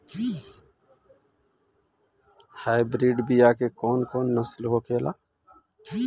Hybrid बीया के कौन कौन नस्ल होखेला?